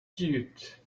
dude